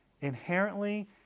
Inherently